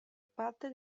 parte